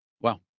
Wow